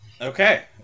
Okay